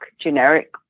generic